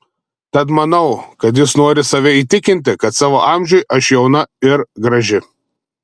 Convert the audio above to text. tad manau kad jis nori save įtikinti kad savo amžiui aš jauna ir graži